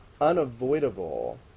unavoidable